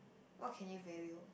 what can you value